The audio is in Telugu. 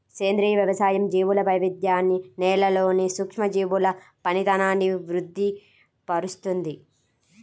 సేంద్రియ వ్యవసాయం జీవుల వైవిధ్యాన్ని, నేలలోని సూక్ష్మజీవుల పనితనాన్ని వృద్ది పరుస్తుంది